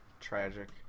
tragic